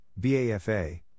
BAFA